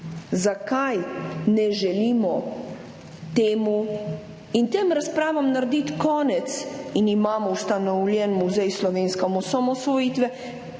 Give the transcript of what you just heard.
Zakaj ne želimo temu in tem razpravam narediti konca in imamo ustanovljen muzej slovenske osamosvojitve,